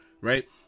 right